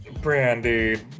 Brandy